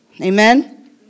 Amen